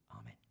Amen